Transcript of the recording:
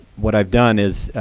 what i've done is,